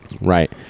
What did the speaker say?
Right